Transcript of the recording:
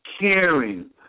caring